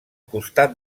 costat